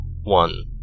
one